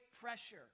pressure